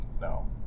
No